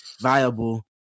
viable